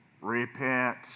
repent